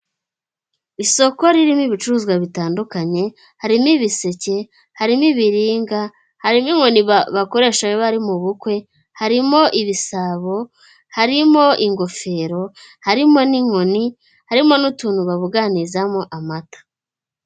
Isoko ririmo ibicuruzwa bitandukanye harimo ibiseke, hari n' ibiringa, harimo inkoni bakoresha iyo bari mu bukwe, harimo ibisabo, harimo ingofero, harimo n'inkoni harimo n'utuntu babuganizamo amata.